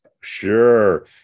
Sure